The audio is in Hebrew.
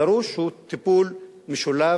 דרוש טיפול משולב,